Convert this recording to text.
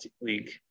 league